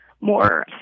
more